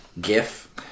GIF